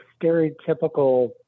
stereotypical